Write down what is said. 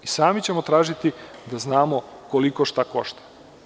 I sami ćemo tražiti da znamo koliko šta košta.